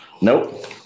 Nope